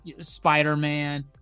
Spider-Man